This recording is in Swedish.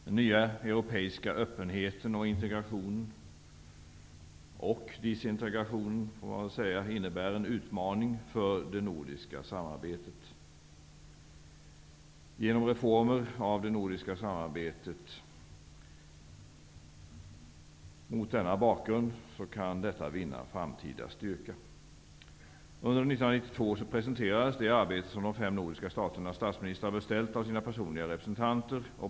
Den nya europeiska öppenheten och integrationen -- och disintegrationen, får jag väl säga -- innebär en utmaning för det nordiska samarbetet. Genom reformer av det nordiska samarbetet mot denna bakgrund kan detta vinna framtida styrka. Under 1992 presenterades det arbete som de fem nordiska staternas statsministrar hade beställt av sina personliga representanter.